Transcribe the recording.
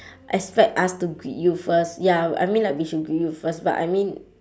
expect us to greet you first ya I mean like we should greet you first but I mean